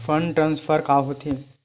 Fund transfer का होथे?